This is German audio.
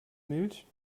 milch